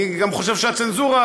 אני גם חושב שהצנזורה,